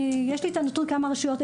יש לי את הנתון,